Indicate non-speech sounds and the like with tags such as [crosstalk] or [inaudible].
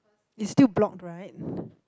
it's still blocked right [breath]